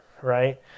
right